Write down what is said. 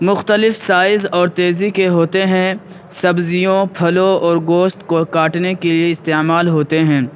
مختلف سائز اور تیزی کے ہوتے ہیں سبزیوں پھلوں اور گوشت کو کاٹنے کے لیے استعمال ہوتے ہیں